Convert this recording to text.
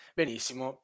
benissimo